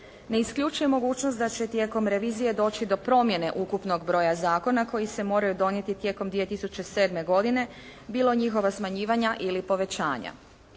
Ne isključuje mogućnost da će tijekom revizije doći do promjene ukupnog broja zakona koji se moraju donijeti tijekom 2007. godine bilo njihova smanjivanja ili povećanja.